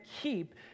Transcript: keep